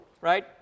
right